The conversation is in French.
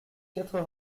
quatre